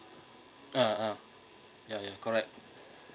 a'ah ya ya correct